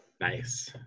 Nice